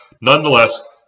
nonetheless